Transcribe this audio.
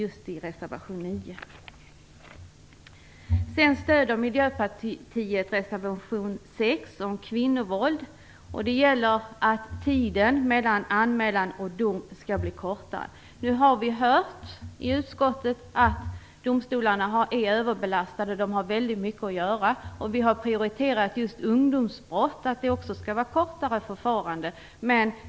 Det gäller tiden mellan anmälan och domen, som man vill skall vara kortare. Nu har vi hört i utskottet att domstolarna är överbelastade, de har väldigt mycket att göra. Vi har prioriterat ungdomsbrotten och sagt att det skall vara kortare förfarande.